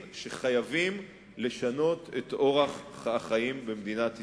שחייבים לשנות את אורח החיים במדינת ישראל.